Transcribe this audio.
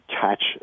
catch